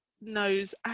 knows